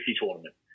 tournament